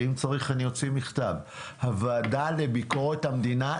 ואם צריך אני אוציא מכתב למשרד לביקורת המדינה,